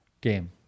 game